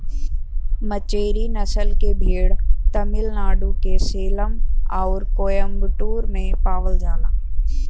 मचेरी नसल के भेड़ तमिलनाडु के सेलम आउर कोयम्बटूर में पावल जाला